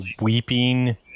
weeping